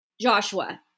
Joshua